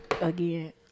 Again